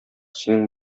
синең